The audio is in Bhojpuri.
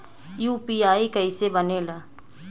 यू.पी.आई कईसे बनेला?